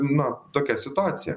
na tokia situacija